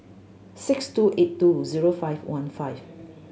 six two eight two zero five one five